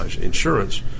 insurance